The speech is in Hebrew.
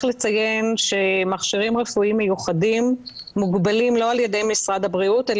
לציין שמכשירים רפואיים מיוחדים מוגבלים לא על ידי משרד הבריאות,